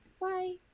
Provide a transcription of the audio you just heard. Bye